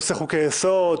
עושה חוקי יסוד,